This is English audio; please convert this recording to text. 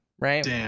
right